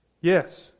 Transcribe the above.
Yes